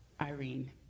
Irene